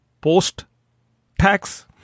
post-tax